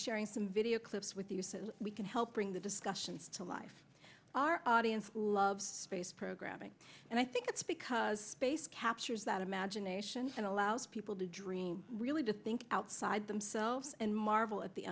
sharing some video clips with you says we can help bring the discussion to life our audience loves space programming and i think it's because space captures that imagination and allows people to dream really to think outside themselves and marvel at the